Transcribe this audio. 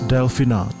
Delphina